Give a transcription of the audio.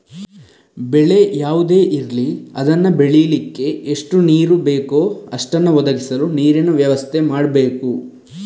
ಬೆಳೆ ಯಾವುದೇ ಇರ್ಲಿ ಅದನ್ನ ಬೆಳೀಲಿಕ್ಕೆ ಎಷ್ಟು ನೀರು ಬೇಕೋ ಅಷ್ಟನ್ನ ಒದಗಿಸಲು ನೀರಿನ ವ್ಯವಸ್ಥೆ ಮಾಡ್ಬೇಕು